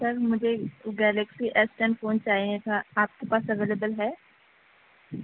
سر مجھے Galaxy S ten phone چاہیے تھا آپ کے پاس اویلیبل ہے